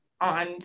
on